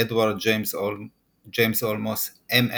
אדוארד ג'יימס אולמוס, מ.